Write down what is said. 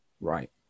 Right